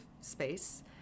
space